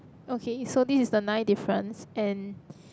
okay so this is the nine difference and